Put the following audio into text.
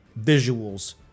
visuals